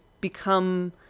become